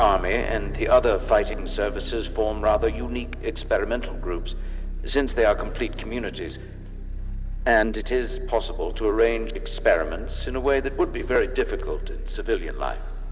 army and the other fighting services form rather unique experiment groups since they are complete communities and it is possible to arrange experiments in a way that would be very difficult to civilian